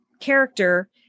character